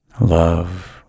Love